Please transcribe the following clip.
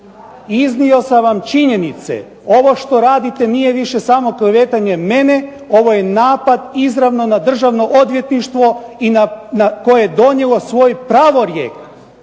iznio sam vam činjenice. Ovo što radite nije samo klevetanje mene, ovo je napad izravno na Državno odvjetništvo i na koje je donijelo svoj pravorijek,